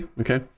Okay